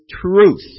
truth